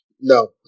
No